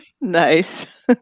nice